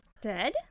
Dead